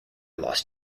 los